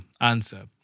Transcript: Answer